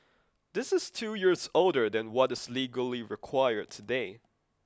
this is two years older than what is legally required today